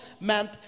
meant